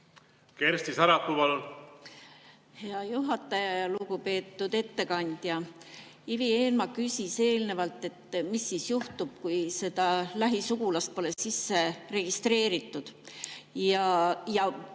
Kersti Sarapuu, palun! Hea juhataja! Lugupeetud ettekandja! Ivi Eenmaa küsis eelnevalt, mis siis juhtub, kui seda lähisugulast pole sisse registreeritud, ja